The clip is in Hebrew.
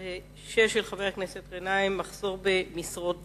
56, של חבר הכנסת גנאים: מחסור במשרות במסגדים.